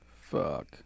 Fuck